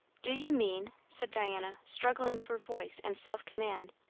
do you mean, said diana, struggling for voice and self-command,